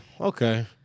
okay